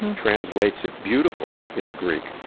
and translates it beautiful in the greek,